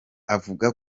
avuga